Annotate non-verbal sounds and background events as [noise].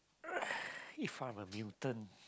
[noise] if I'm a mutant